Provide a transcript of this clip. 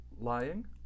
lying